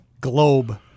globe